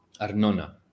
arnona